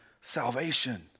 salvation